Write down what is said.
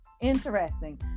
Interesting